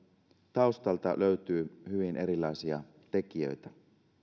taustalta löytyy hyvin erilaisia tekijöitä